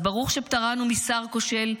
אז ברוך שפטרנו משר כושל,